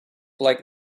like